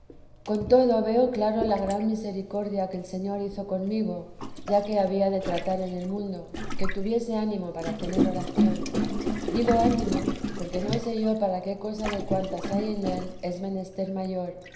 con todo veo claro la gran misericordia que el señor hizo conmigo ya que había de tratar en el mundo que tuviese ánimo para tener oración digo ánimo porque no sé yo para qué cosa de cuantas hay en él es menester mayor